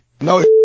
No